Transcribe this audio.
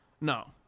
no